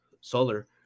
solar